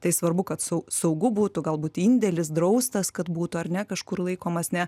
tai svarbu kad sau saugu būtų galbūt indėlis draustas kad būtų ar ne kažkur laikomas ne